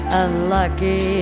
unlucky